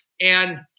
and-